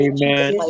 Amen